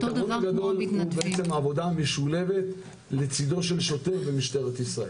היתרון הגדול הוא בעצם העבודה המשולבת לצדו של שוטר במשטרת ישראל.